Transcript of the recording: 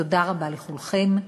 תודה רבה לכולכם.